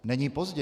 Není pozdě.